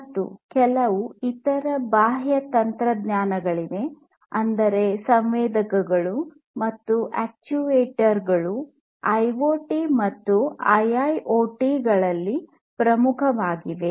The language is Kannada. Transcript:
ಮತ್ತು ಕೆಲವು ಇತರ ಬಾಹ್ಯ ತಂತ್ರಜ್ಞಾನಗಳಿವೆ ಆದರೆ ಸಂವೇದಕಗಳು ಮತ್ತು ಅಕ್ಚುಯೇಟರ್ ಗಳು ಐಓಟಿ ಮತ್ತು ಐಐಓಟಿ ಗಳಲ್ಲಿ ಪ್ರಮುಖವಾಗಿವೆ